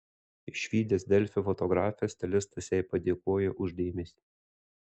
išvydęs delfi fotografę stilistas jai padėkojo už dėmesį